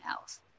else